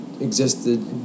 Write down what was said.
existed